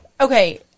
okay